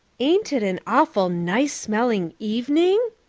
ain't it an awful nice-smelling evening?